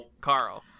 Carl